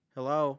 Hello